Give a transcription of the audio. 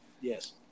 Yes